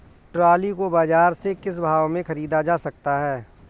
Trolley को बाजार से किस भाव में ख़रीदा जा सकता है?